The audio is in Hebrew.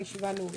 הישיבה נעולה.